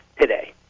today